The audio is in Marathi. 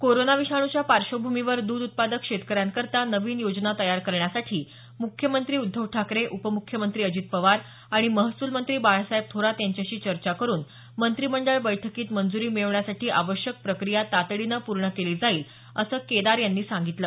कोरोना विषाणूच्या पार्श्वभूमीवर द्ध उत्पादक शेतकऱ्यांकरता नवीन योजना तयार करण्यासाठी मुख्यमंत्री उद्धव ठाकरे उपमुख्यमंत्री अजित पवार आणि महसूल मंत्री बाळासाहेब थोरात यांच्याशी चर्चा करून मंत्रीमंडळ बैठकीत मंजूरी मिळवण्यासाठी आवश्यक प्रक्रिया तातडीने पूर्ण केली जाईल असं केदार यांनी सांगितलं